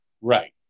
Right